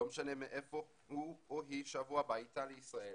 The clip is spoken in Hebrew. לא משנה מהיכן הוא או היא שבו הביתה לישראל